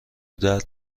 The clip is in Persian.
درد